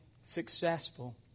successful